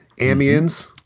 Amiens